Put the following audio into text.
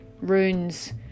Runes